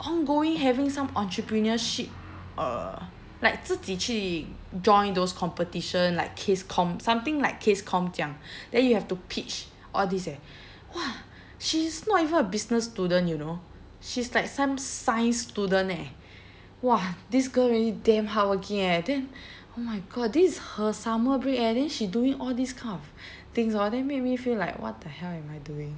ongoing having some entrepreneurship uh like 自己去 join those competition like case com something like case com 这样 then you have to pitch all this eh !wah! she's not even a business student you know she's like some science student eh !wah! this girl really damn hardworking eh then oh my god this is her summer break eh then she doing all these kind of things hor then make me feel like what the hell am I doing